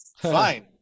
fine